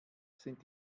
sind